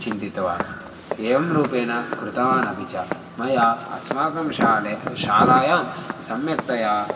चिन्तितवान् एवं रूपेण कृतवानपि च मया अस्माकं शालायां शालायां सम्यक्तया